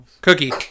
Cookie